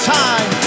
time